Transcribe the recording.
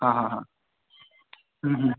हां हां हां